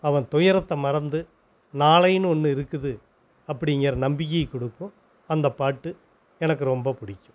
அவன் துயரத்தை மறந்து நாளைன்னு ஒன்று இருக்குது அப்படிங்குற நம்பிக்கையை கொடுக்கும் அந்த பாட்டு எனக்கு ரொம்ப பிடிக்கும்